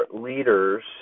leaders